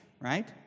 right